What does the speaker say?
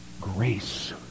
grace